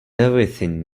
everything